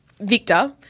Victor